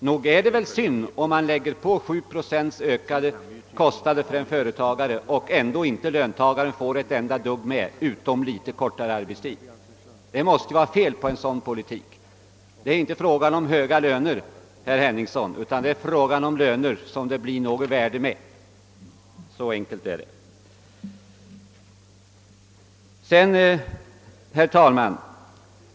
Nog är det synd att 7 procent i ökade kostnader för företagaren inte skall leda till den minsta förbättring för löntagaren utom en något förkortad arbetstid. Det måste vara något fel på en sådan politik. Det är inte fråga om att arbetstagarna får för höga löner, herr Henningsson, utan det gäller att ge dem löner som det är något värde med. Det är detta saken gäller.